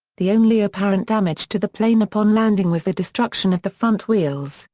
the only apparent damage to the plane upon landing was the destruction of the front wheels,